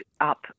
up